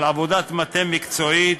על עבודת מטה מקצועית